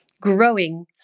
growing